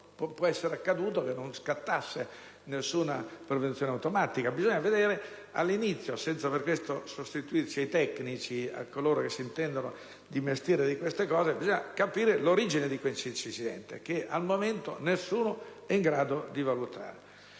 può essere accaduto che non sia scattata alcuna protezione automatica. Bisogna capire, senza per questo sostituirci ai tecnici, a coloro che si intendono di mestiere di queste cose, l'origine di questo incidente, che al momento nessuno è in grado di valutare.